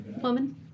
woman